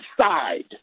side